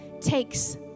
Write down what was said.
takes